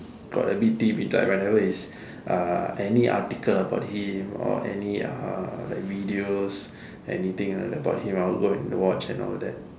got a bit whenever is uh any article about him or any uh videos anything about him I will go and watch and all that